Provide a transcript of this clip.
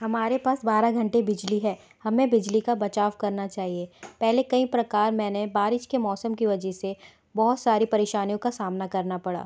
हमारे पास बारह घंटे बिजली है हमें बिजली का बचाव करना चाहिए पहले कई प्रकार मैंने बारिश के मौसम की वजह से बहुत सारी परेशानियों का सामना करना पड़ा